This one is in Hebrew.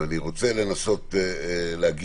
וזה לא משהו שקשור